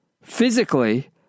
physically